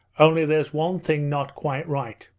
only there's one thing not quite right.